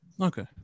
okay